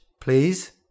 please